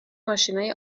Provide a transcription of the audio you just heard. ماشینای